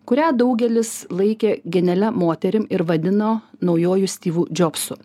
kurią daugelis laikė genialia moterim ir vadino naujuoju stovu džopsu